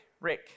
Rick